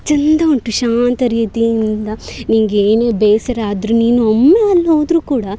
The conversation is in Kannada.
ಚಂದ ಉಂಟು ಶಾಂತ ರೀತಿಯಿಂದ ನಿನಗೆ ಏನೇ ಬೇಸರ ಆದರೂ ನೀನು ಒಮ್ಮೆ ಅಲ್ಲೋದರೂ ಕೂಡ